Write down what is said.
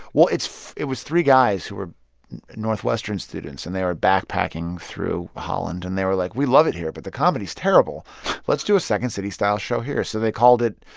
well, it's it was three guys who were northwestern students. and they are backpacking through holland. and they were, like, we love it here. but the comedy's terrible let's do a second city-style show here. so they called it,